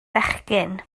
fechgyn